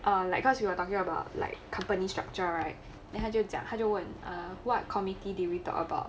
err like cause we were talking about like company structure right then 他就讲他就问 err what committee did we talk about